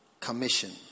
commission